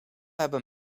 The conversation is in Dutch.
hebben